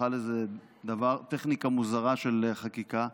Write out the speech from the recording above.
בכלל איזו טכניקה מוזרה של חקיקה,